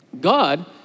God